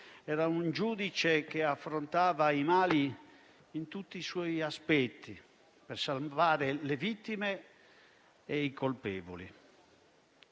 un giudice che affrontava i mali in tutti i suoi aspetti, per salvare le vittime e i colpevoli;